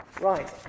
Right